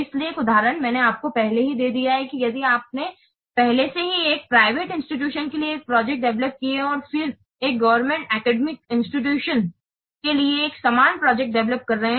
इसलिए एक उदाहरण मैंने आपको पहले ही दे दिया है कि यदि आपने पहले से ही एक प्राइवेट इंस्टीटूशन के लिए एक प्रोजेक्ट डेवेलोप की है और फिर एक government academic institution government academic institution के लिए एक समान प्रोजेक्ट डेवेलोप कर रहे हैं